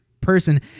person